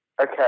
Okay